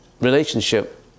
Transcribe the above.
relationship